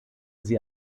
sie